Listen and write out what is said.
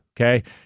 Okay